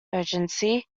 urgency